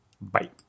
Bye